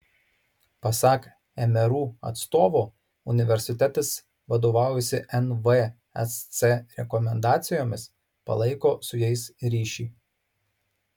pasak mru atstovo universitetas vadovaujasi nvsc rekomendacijomis palaiko su jais ryšį